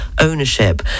ownership